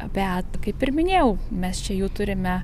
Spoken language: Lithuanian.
bet kaip ir minėjau mes čia jų turime